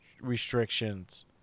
restrictions